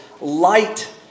light